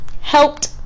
helped